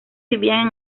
vivían